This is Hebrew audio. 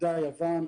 עובדה יוון,